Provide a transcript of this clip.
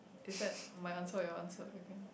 is that my answer or your answer again